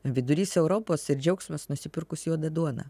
vidurys europos ir džiaugsmas nusipirkus juodą duoną